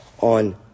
on